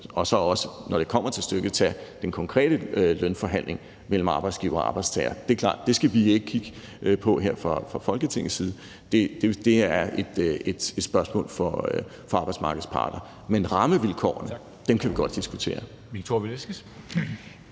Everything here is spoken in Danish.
og også, når det kommer til stykket, tage den konkrete lønforhandling mellem arbejdsgiver og arbejdstager. Det er klart, at det skal vi ikke kigge på her fra Folketingets side. Det er et spørgsmål for arbejdsmarkedets parter. Men rammevilkårene kan vi godt diskutere.